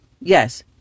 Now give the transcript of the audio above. yes